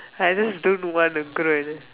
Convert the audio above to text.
I just don't want a girl